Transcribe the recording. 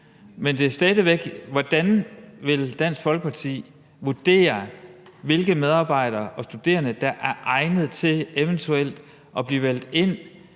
Men stadig væk: Hvordan vil Dansk Folkeparti vurdere, hvilke medarbejdere og studerende der er egnet til eventuelt at blive valgt ind